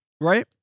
right